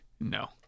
No